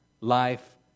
Life